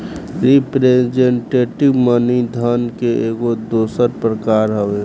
representative money धन के एगो दोसर प्रकार हवे